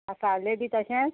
कासावलें बी तशेंच